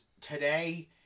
today